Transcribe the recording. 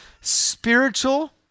spiritual